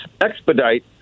expedite